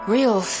Real